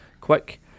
quick